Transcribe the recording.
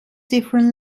different